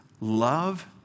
love